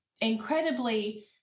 incredibly